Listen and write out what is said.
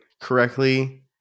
correctly